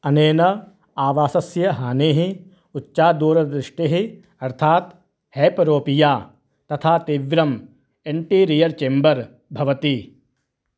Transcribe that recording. अनेन आवासस्य हानिः उच्चा दूरदृष्टिः अर्थात् हेपरोपिया तथा तीव्रम् एण्टीरियर् चेम्बर् भवति